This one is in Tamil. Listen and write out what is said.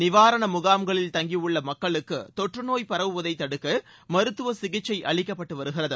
நிவாரண முகாம்களில் தங்கியுள்ள மக்களுக்கு தொற்று நோய் பரவுவதை தடுக்க மருத்துவ சிகிச்சை அளிக்கப்பட்டு வருகிறது